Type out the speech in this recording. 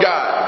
God